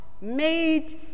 made